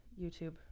youtube